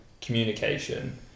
communication